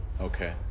Okay